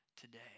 today